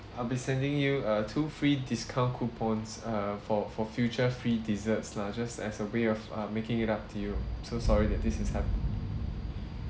I'll be sending you uh two free discount coupons uh for for future free desserts lah just as a way of uh making it up to you so sorry that this is happening